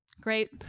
great